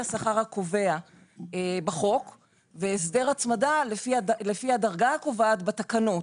השכר הקובע בחוק והסדר הצמדה לפי הדרגה הקובעת בתקנות.